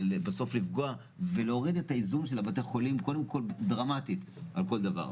לפגוע ולהוריד את האיזון של בתי החולים דרמטית על כל דבר.